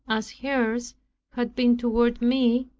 as hers had been toward me,